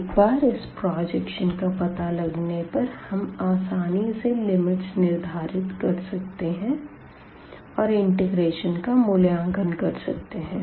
एक बार इस प्रजेक्शन का पता लगने पर हम आसानी से लिमिट्स निर्धारित कर सकते है और इंटीग्रेशन का मूल्यांकन कर सकते है